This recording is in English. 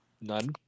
None